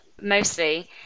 mostly